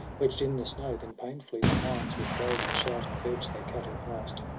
wedged in the snow then painfully the hinds with goad and shouting urge their cattle past,